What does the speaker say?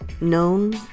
known